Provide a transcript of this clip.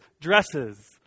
dresses